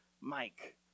Mike